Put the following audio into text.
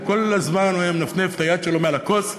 וכל הזמן הוא היה מנפנף את היד שלו מעל הכוס,